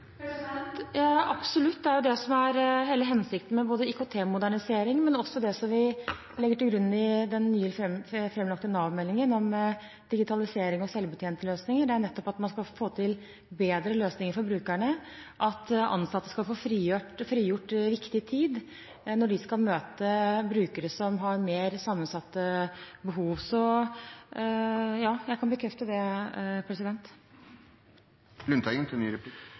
framover? Ja, absolutt. Det er jo det som er hele hensikten med IKT-moderniseringen, men også det som vi legger til grunn i den nylig framlagte Nav-meldingen om digitalisering og selvbetjente løsninger, er jo nettopp at man skal få til bedre løsninger for brukerne, at ansatte skal få frigjort viktig tid når de skal møte brukere som har mer sammensatte behov. Så ja, jeg kan bekrefte det.